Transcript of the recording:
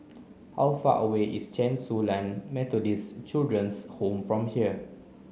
how far away is Chen Su Lan Methodist Children's Home from here